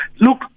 look